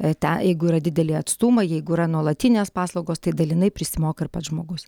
e tą jeigu yra dideli atstumai jeigu yra nuolatinės paslaugos tai dalinai prisimoka ir pats žmogus